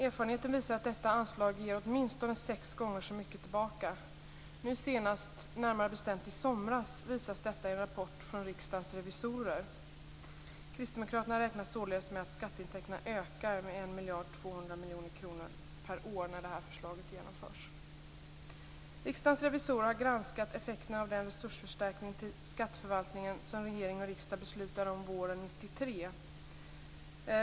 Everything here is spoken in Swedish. Erfarenheter visar att detta anslag ger åtminstone sex gånger så mycket tillbaka; senast, närmare bestämt i somras, visades detta i en rapport från Riksdagens revisorer. Kristdemokraterna räknar således med att skatteintäkterna ökar med 1 200 miljoner kronor per år när detta förslag genomförs. Riksdagens revisorer har granskat effekterna av den resursförstärkning till skatteförvaltningen som regering och riksdag beslutade om våren 1993.